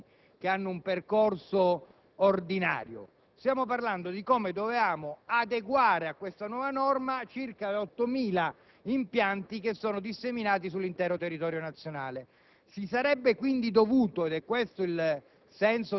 Non stiamo parlando di quelli nuovi, che hanno un percorso ordinario, ma di come dovevamo adeguare a questa nuova norma i circa 8.000 impianti disseminati sull'intero territorio nazionale.